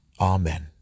Amen